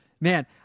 Man